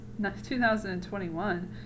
2021